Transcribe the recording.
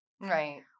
Right